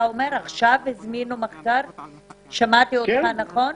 שמעתי נכון?